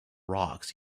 rocks